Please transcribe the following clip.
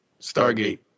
Stargate